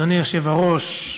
אדוני היושב-ראש,